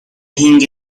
hinge